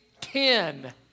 Ten